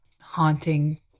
Haunting